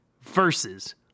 versus